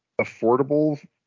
affordable